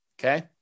Okay